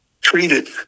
treated